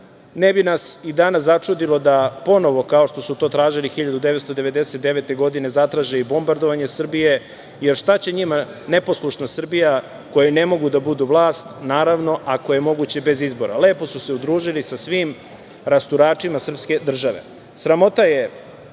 ne bi nas i danas začudilo da ponovo, kao što su to tražili 1999. godine, zatraže i bombardovanje Srbije, jer šta će njima neposlušna Srbija kojoj ne mogu da budu vlast, naravno, ako je moguće bez izbora. Lepo su se udružili sa svim rasturačima srpske države. Sramota je,